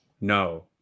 No